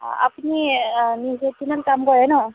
আপুনি নিউজ এইটিনত কাম কৰে ন